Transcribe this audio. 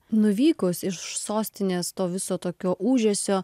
nuvykus iš sostinės to viso tokio ūžesio